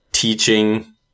Teaching